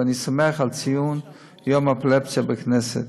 ואני שמח על ציון יום האפילפסיה בכנסת.